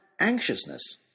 anxiousness